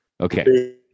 Okay